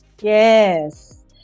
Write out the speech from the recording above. Yes